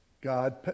God